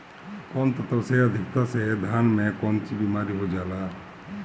कौन तत्व के अधिकता से धान में कोनची बीमारी हो जाला?